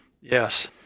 Yes